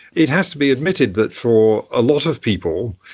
it has to be admitted that for a lot of people,